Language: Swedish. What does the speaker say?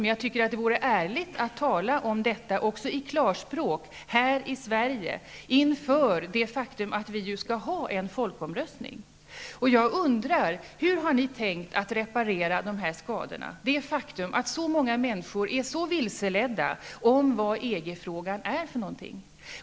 Men det vore ärligt att tala om detta i klarspråk här i Sverige, speciellt inför det faktum att det skall vara en folkomröstning i frågan. Hur har ni tänkt att reparera dessa skador, dvs. det faktum att många människor är vilseledda om vad EG-frågan utgör?